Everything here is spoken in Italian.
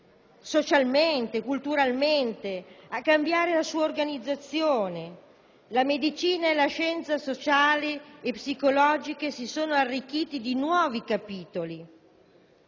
socialmente e culturalmente, a cambiare le proprie organizzazioni. La medicina e la scienza sociale e psicologica si sono arricchite di nuovi capitoli.